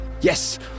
Yes